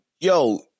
Yo